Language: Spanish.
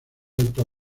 alto